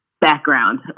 background